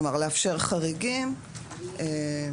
כלומר לאפשר חריגים בסעיף עצמו.